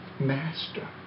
Master